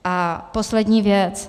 A poslední věc.